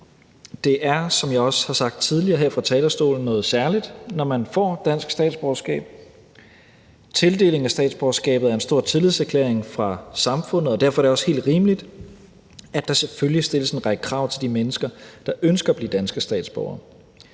Det er, som jeg også har sagt tidligere her fra talerstolen, noget særligt, når man får dansk statsborgerskab. Tildelingen af statsborgerskabet er en stor tillidserklæring fra samfundet, og derfor er det også helt rimeligt, at der selvfølgelig stilles en række krav til de mennesker, der ønsker at blive danske statsborgere.